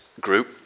group